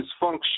dysfunction